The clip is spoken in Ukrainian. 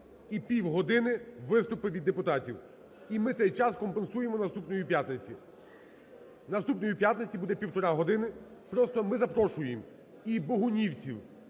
і півгодини – виступи від депутатів. І ми цей час компенсуємо наступної п'ятниці. Наступної п'ятниці буде півтори години. Просто ми запрошуємо і богунівців,